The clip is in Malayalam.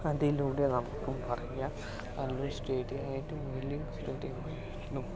അതിലൂടെ നമുക്കും പറയാം കല്ലൂർ സ്റ്റേഡിയം ഏറ്റവും വലിയ ഒരു സ്റ്റേഡിയമാണ്